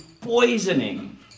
poisoning